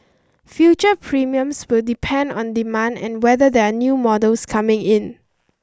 future premiums will depend on demand and whether there are new models coming in